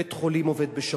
בית-חולים עובד בשבת,